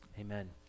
Amen